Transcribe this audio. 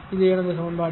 இது எனது சமன்பாடு